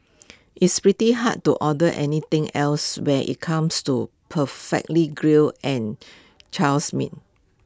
it's pretty hard to order anything else when IT comes to perfectly grilled and Charles meats